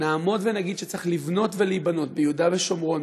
נעמוד ונגיד שצריך לבנות ולהיבנות ביהודה ושומרון,